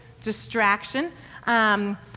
distraction